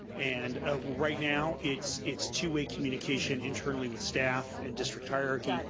and ah right now, it's it's two-way communication internally with staff and district hierarchy.